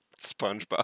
SpongeBob